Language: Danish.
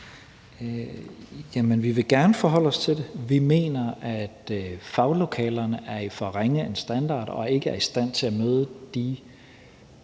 Jamen vi vil gerne forholde os til det. Vi mener, at faglokalerne har en for ringe standard, og at de ikke er i stand til at møde de